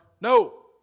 No